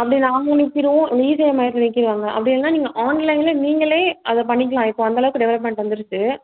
அப்படி நாங்களே நீக்கிவிடுவோம் இல்லை இசேவை மையத்தில் நீக்கிவிடுவாங்க அப்படி இல்லைன்னா நீங்கள் ஆன்லைனில் நீங்களே அதை பண்ணிக்கலாம் இப்போ அந்த அளவுக்கு டெவெலப்மெண்ட் வந்துருச்சு